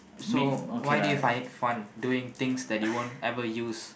so why do you find it fun doing things that you won't ever use